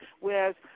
Whereas